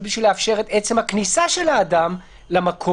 בשביל לאפשר את עצם הכניסה של האדם למקום,